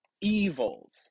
evils